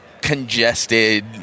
congested